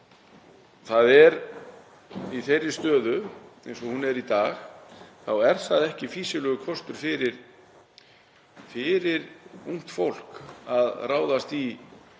bændur. Í þeirri stöðu eins og hún er í dag er það ekki fýsilegur kostur fyrir ungt fólk að ráðast í